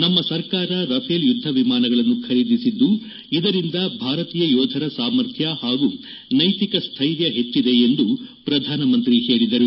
ನಮ್ನ ಸರ್ಕಾರ ರಫೇಲ್ ಯುದ್ದ ವಿಮಾನಗಳನ್ನು ಖರೀದಿಸಿದ್ದು ಇದರಿಂದ ಭಾರತೀಯ ಯೋಧರ ಸಾಮರ್ಥ್ಯ ಹಾಗೂ ನೈತಿಕ ಸ್ಟೈರ್ಯ ಹೆಚ್ಚಿದೆ ಎಂದು ಪ್ರಧಾನಮಂತ್ರಿ ಹೇಳಿದರು